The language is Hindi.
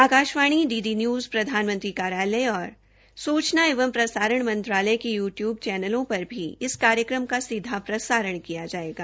आकाशवाणी डी डी न्यूजं प्रधानमंत्री कार्यालय और सूचना एवं प्रसारण मंत्रालय के यू टयूब चैनलों पर भी इस कार्यक्रम का सीधा प्रसारण किया जायेगा